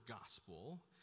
gospel